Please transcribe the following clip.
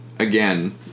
Again